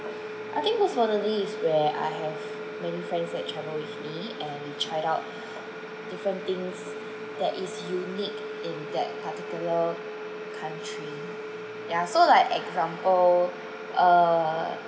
I think most positive is where I have many friends that travel with me and tried out different things that is unique in that particular country yeah so like example err